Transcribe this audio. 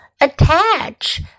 attach